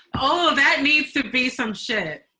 all of that needs to be some shit,